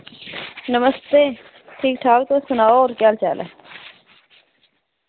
नमस्ते ठीक ठाक तुस सनाओ होर केह् हाल चाल ऐ